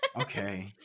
okay